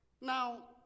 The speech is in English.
Now